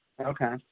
okay